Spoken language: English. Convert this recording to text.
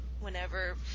whenever